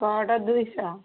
ଦୁଇଶହ